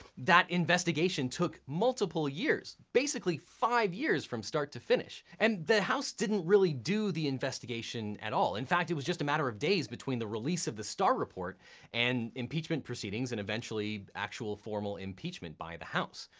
that investigation took multiple years, basically five years from start to finish. and the house didn't really do the investigation at all. in fact, it was just a matter of days between the release of the starr report and impeachment proceedings and eventually actual formal impeachment by the house.